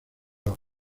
los